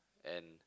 and